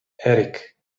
erik